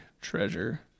treasure